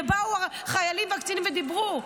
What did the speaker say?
ובאו חיילים וקצינים ודיברו.